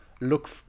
look